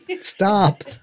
Stop